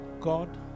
God